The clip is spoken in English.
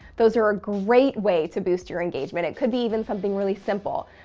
those are a great way to boost your engagement. it could be even something really simple.